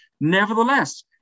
Nevertheless